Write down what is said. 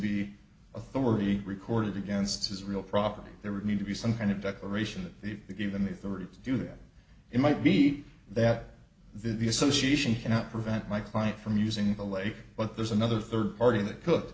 be authority recorded against his real property there would need to be some kind of declaration that they've given the authority to do that it might be that the association cannot prevent my client from using the lake but there's another third party that cook